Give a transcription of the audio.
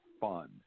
fun